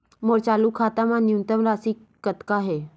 मोर चालू खाता मा न्यूनतम राशि कतना हे?